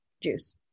Juice